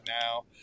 now